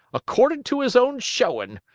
accordin' to his own showin'.